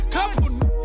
Couple